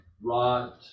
rot